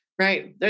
Right